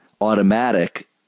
automatic